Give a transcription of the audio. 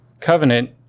Covenant